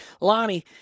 Lonnie